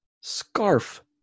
Scarf